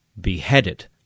beheaded